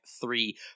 three